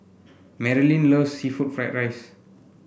Marylin loves seafood Fried Rice